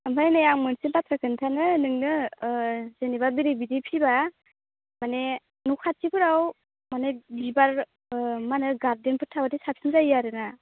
ओमफ्राय नै आं मोनसे बाथ्रा खिनथानो नोंनो जेनेबा बेरे बिदै फिसिबा माने न' खाथिफोराव माने बिबार माहोनो गार्डेनफोर थाबाथाय साबसिन जायो आरोना